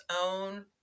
own